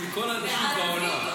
מכל האנשים בעולם,